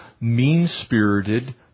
mean-spirited